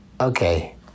Okay